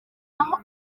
naho